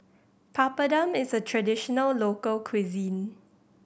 papadum is a traditional local cuisine